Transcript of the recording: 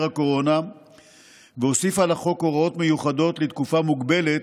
הקורונה והוסיפה לחוק הוראות מיוחדות לתקופה מוגבלת